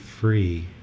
free